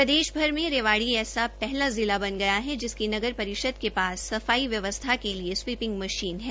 प्रदेशभर में रेवाडी ऐसा पहला जिला बन गया है जिसकी नगर परिषद के पास सफाई व्यवस्था के लिए स्वीपिंग मशीन है